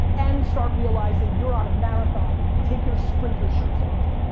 and start realizing you're on a marathon. take your sprinter shoes off.